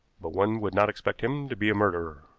but one would not expect him to be a murderer.